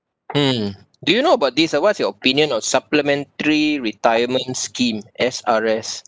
mm do you know about this uh what's your opinion on supplementary retirement scheme S_R_S